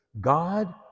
God